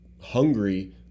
hungry